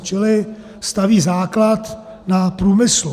Čili staví základ na průmyslu.